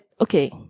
okay